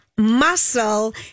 muscle